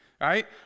right